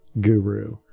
guru